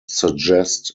suggest